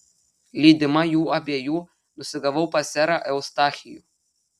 lydima jų abiejų nusigavau pas serą eustachijų